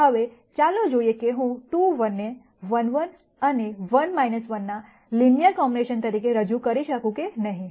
હવે ચાલો જોઈએ કે હું 2 1 ને 1 1 અને 1 1 ના લિનયર કોમ્બિનેશન તરીકે રજૂ કરી શકું કે નહીં